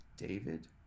David